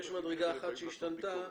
יש מדרגה אחת שהשתנתה,